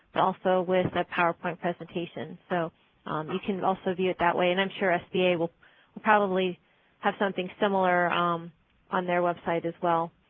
also with the powerpoint presentation, so you can also view it that way. and i'm sure sba will will probably have something similar um on their website as well.